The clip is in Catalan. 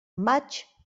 maig